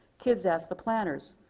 kids asked the planners,